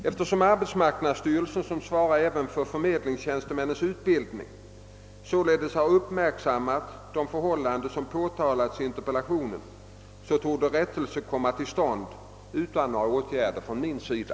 Eftersom = arbetsmarknadsstyrelsen, som svarar även för förmedlingstjänstemännens utbildning, således har uppmärksammat de förhållanden som påtalas i interpellationen, torde rättelse komma till stånd utan några åtgärder från min sida.